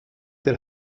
der